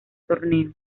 torneo